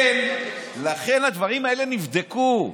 הדברים האלה נבדקו.